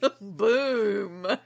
Boom